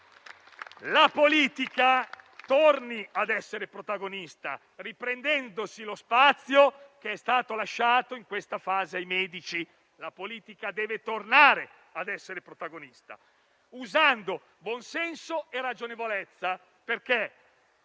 La politica torni a essere protagonista, riprendendosi lo spazio che è stato lasciato in questa fase ai medici. La politica deve tornare a essere protagonista, usando buon senso e ragionevolezza.